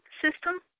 system